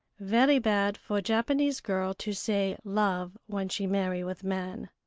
very bad for japanese girl to say love when she marry with man.